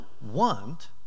want